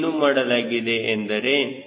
ಇಲ್ಲಿ ಏನು ಮಾಡಲಾಗಿದೆ ಎಂದರೆ